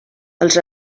els